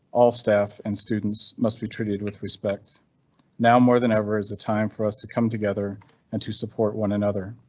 all staff and students must be treated with respect now more than ever is a time for us to come together and to support one another.